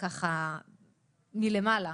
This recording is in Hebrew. אחר כך משרד המשפטים,